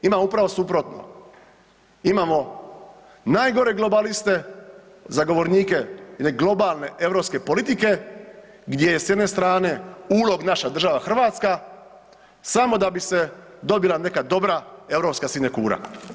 Imamo upravo suprotno, imamo najgore globaliste zagovornike jedne globalne europske politike gdje je s jedne strane ulog naša država Hrvatska samo da bi se dobila neka dobra europska sinekura.